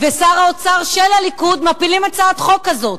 ושר האוצר של הליכוד מפילים הצעת חוק כזאת.